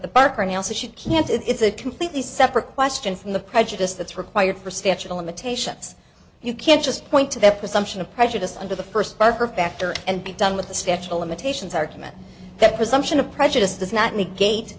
the parker nelson should can't it's a completely separate question from the prejudice that's required for statute of limitations you can't just point to that presumption of prejudice under the first parker factor and be done with the statute of limitations argument that presumption of prejudice does not negate